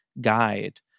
guide